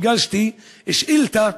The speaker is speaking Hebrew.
הגשתי שאילתה,